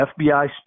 FBI